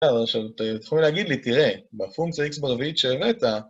בסדר, עכשיו, תוכלו להגיד לי, "תראה, בפונקציה X ברביעית שהראית..."